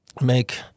make